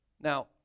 Now